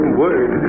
word